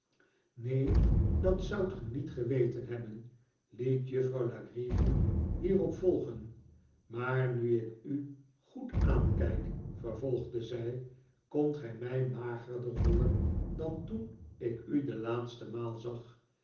neen dat zoudt ge niet geweten hebben liet juffrouw la creevy hierop volgen maar nu ik u goed aankijk vervolgde zij komt gij mij magerder voor dan toen ik u de laatste maal zag